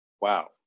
wow